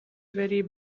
very